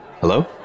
Hello